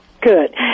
Good